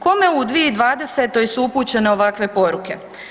Kome u 2020. su upućene ovakve poruke?